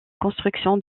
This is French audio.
construction